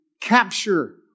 Capture